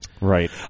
Right